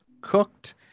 cooked